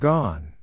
Gone